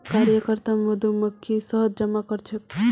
कार्यकर्ता मधुमक्खी शहद जमा करछेक